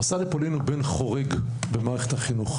המסע לפולין הוא בן חורג במערכת החינוך.